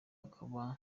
hakaba